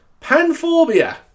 Panphobia